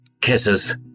Kisses